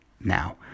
now